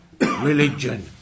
religion